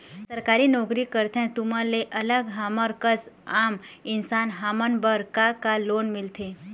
सरकारी नोकरी करथे तुमन ले अलग हमर कस आम इंसान हमन बर का का लोन मिलथे?